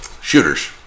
Shooters